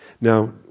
Now